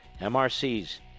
MRC's